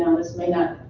this may not,